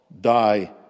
die